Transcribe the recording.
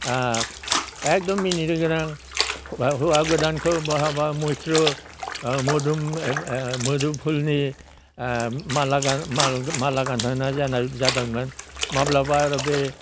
एखदम मिनिनो गोनां हौवा गोदानखौ बहाबा मैथ्रु मुदुम मुदुमफुलनि माला माला गानहोनाय जादोंमोन माब्लाबा आरो बे